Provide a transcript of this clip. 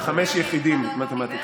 חמש יחידים מתמטיקה,